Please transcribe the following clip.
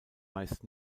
meist